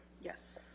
Yes